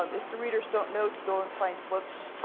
um if the readers don't know to go and find books,